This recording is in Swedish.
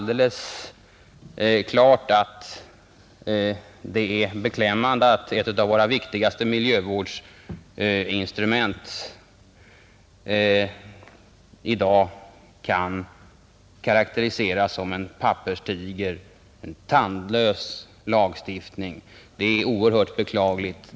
Det är beklämmande att ett av våra viktigaste miljövårdsinstrument i dag kan karakteriseras som en papperstiger — en tandlös lagstiftning. Det är oerhört beklagligt.